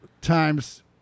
times